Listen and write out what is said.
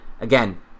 again